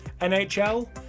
NHL